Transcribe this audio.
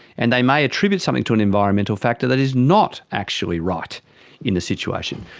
and they may attribute something to an environmental factor that is not actually right in the situation.